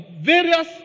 various